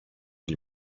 die